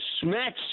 smacks